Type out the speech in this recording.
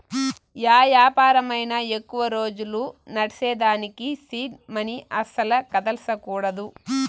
yeah యాపారమైనా ఎక్కువ రోజులు నడ్సేదానికి సీడ్ మనీ అస్సల కదల్సకూడదు